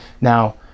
Now